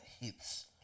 hits